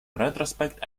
retrospect